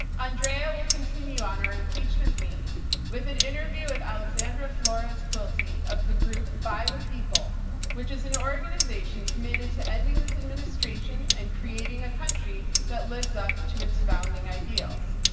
andrea will continue on our impeachment theme with an interview with alexandra flores quilty of the group by the people which is an organization committed to ending this administration and creating a country that lives up to its founding ideals.